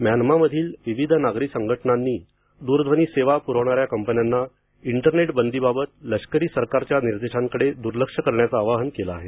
म्यानमामधील विविध नागरी संघटनांनी दूरध्वनी सेवा पुरवणाऱ्या कंपन्यांना इंटरनेट बंदीबाबत लष्करी सरकारच्या निर्देशांकडे दुर्लक्ष करण्याचे आवाहन केले आहे